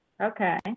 Okay